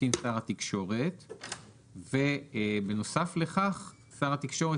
שיתקין שר התקשורת ובנוסף לכך שר התקשורת